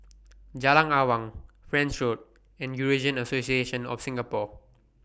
Jalan Awang French Road and Eurasian Association of Singapore